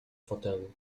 fotelu